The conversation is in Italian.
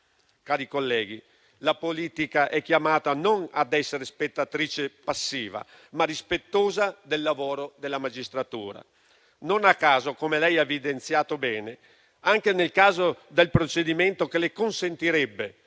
Cari colleghi, la politica è chiamata non ad essere spettatrice passiva, ma rispettosa del lavoro della magistratura. Non a caso, come lei ha evidenziato bene, signor Ministro, anche nel procedimento che le consentirebbe